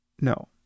No